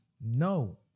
No